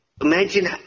imagine